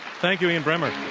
thank you, ian bremmer.